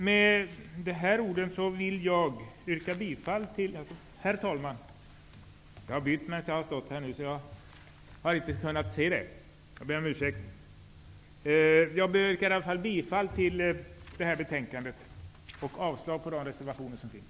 Med dessa ord vill jag yrka bifall till utskottets hemställan och avslag på de reservationer som avgetts.